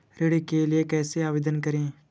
ऋण के लिए कैसे आवेदन करें?